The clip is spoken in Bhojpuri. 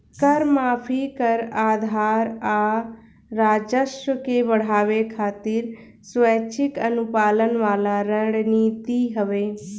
कर माफी, कर आधार आ राजस्व के बढ़ावे खातिर स्वैक्षिक अनुपालन वाला रणनीति हवे